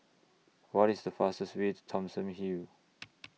What IS The fastest Way to Thomson Hill